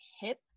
hip